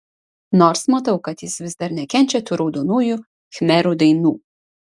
nors matau kad jis vis dar nekenčia tų raudonųjų khmerų dainų